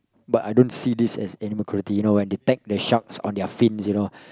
but I don't see this as animal cruelty you know why they tag the sharks on their fins you know